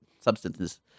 substances